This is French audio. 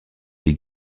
des